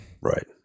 Right